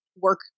Work